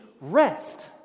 rest